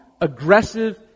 aggressive